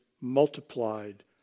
multiplied